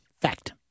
Fact